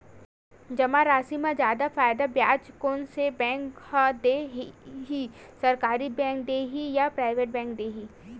जमा राशि म जादा ब्याज कोन से बैंक ह दे ही, सरकारी बैंक दे हि कि प्राइवेट बैंक देहि?